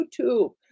YouTube